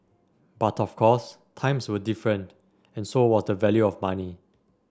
but of course times were different and so was the value of money